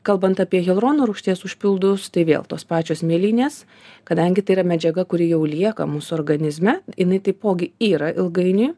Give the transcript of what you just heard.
kalbant apie hialurono rūgšties užpildus tai vėl tos pačios mėlynės kadangi tai yra medžiaga kuri jau lieka mūsų organizme jinai taipogi yra ilgainiui